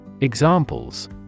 Examples